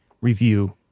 review